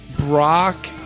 Brock